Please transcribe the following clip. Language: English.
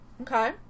Okay